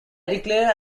declare